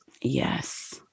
Yes